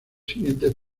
siguientes